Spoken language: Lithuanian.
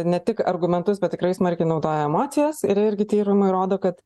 ne tik argumentus bet tikrai smarkiai naudoja emocijas ir irgi tyrimai rodo kad